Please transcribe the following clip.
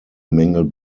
mängel